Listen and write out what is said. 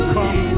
Come